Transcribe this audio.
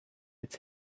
its